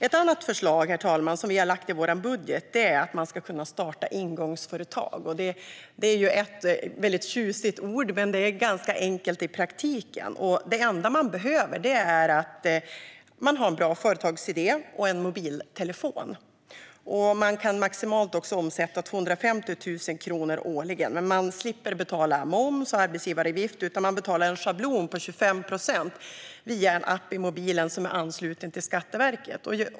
Ett annat förslag, herr talman, som vi har lagt fram i vår budget är att man ska kunna starta ingångsföretag. Detta är ett tjusigt ord, men det är ganska enkelt i praktiken. Det enda man behöver är en bra företagsidé och en mobiltelefon. Maximal årlig omsättning är 250 000 kronor. Man slipper betala moms och arbetsgivaravgifter. I stället betalar man en schablon på 25 procent via en app i mobilen som är ansluten till Skatteverket.